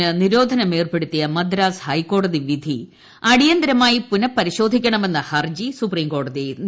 ടിക്ടോക്കിന് നിരോധനം ഏർപ്പെടുത്തിയ മദ്രാസ് ഹൈക്കോടതി വിധി അടിയന്തരമായി പുനഃപരിശോധിക്കണമെന്ന ഹർജി സുപ്രീംകോടതി നിരാകരിച്ചു